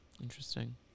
Interesting